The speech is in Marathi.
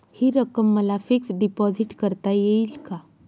हि रक्कम मला फिक्स डिपॉझिट करता येईल का?